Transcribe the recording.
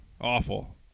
awful